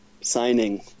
signing